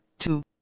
Two